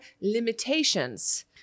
limitations